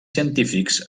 científics